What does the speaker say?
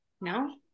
no